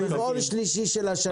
הוא אמר רבעון שלישי של השנה.